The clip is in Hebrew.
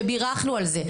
ובירכנו על זה,